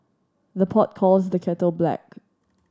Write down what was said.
the pot calls the kettle black